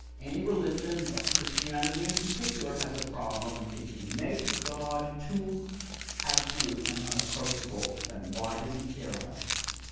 any religion, but christianity in particular, has a problem if you make god too absolute and unapproachable, then why does he care about us?